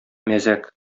мәзәк